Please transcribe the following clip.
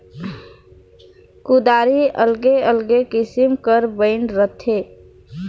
कुदारी अलगे अलगे किसिम कर बइन रहथे